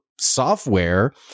software